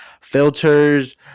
filters